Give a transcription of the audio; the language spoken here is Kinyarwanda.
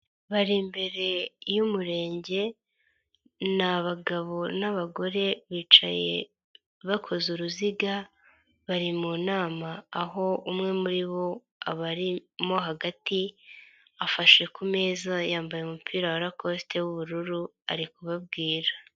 Bari imbere y'umurenge ni abagabo n'abagore bicaye bakoze uruziga bari mu nama aho umwe muri bo abarimo hagati, afashe ku meza, yambaye umupira wa rakosite w'ubururu ari kubabwira.